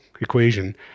equation